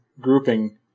grouping